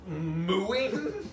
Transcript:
mooing